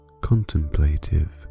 contemplative